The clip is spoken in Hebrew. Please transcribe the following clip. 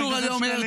זה קשור, היום.